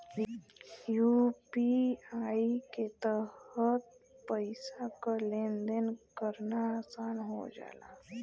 UPI के तहत पइसा क लेन देन करना आसान हो जाला